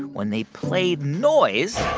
when they played noise,